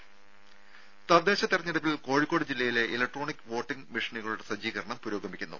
രുഭ തദ്ദേശ തെരഞ്ഞെടുപ്പിൽ കോഴിക്കോട് ജില്ലയിലെ ഇലക്ട്രോണിക് വോട്ടിങ്ങ് മെഷീനുകളുടെ സജ്ജീകരണം പുരോഗമിക്കുന്നു